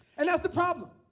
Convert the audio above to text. and that's the problem.